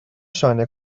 شانه